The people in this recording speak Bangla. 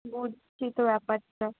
বুঝছি তো ব্যাপারটা